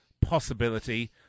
possibility